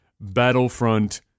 Battlefront